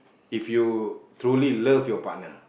if you truly love your partner